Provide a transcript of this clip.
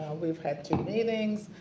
we had two meetings.